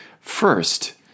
First